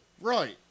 Right